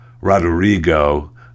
Rodrigo